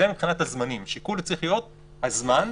השיקול צריך להיות הזמן,